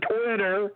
Twitter